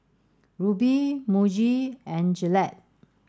Rubi Muji and Gillette